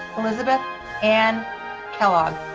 elizabeth anne kellogg.